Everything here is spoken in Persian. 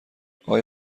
آقای